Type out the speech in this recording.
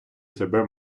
себе